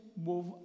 move